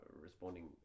responding